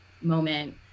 moment